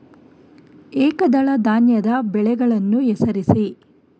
ಏಕದಳ ಧಾನ್ಯದ ಬೆಳೆಗಳನ್ನು ಹೆಸರಿಸಿ?